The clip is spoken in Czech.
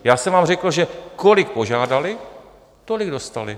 Já jsem vám řekl, že kolik požádali, tolik dostali.